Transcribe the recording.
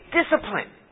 discipline